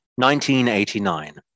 1989